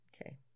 Okay